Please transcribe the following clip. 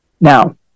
Now